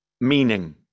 meaning